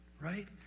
right